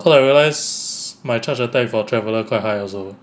cause I realise my charge attack for traveler quite high also